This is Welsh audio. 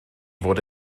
fod